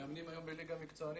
מאמנים היום בליגה מקצוענית,